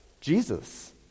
Jesus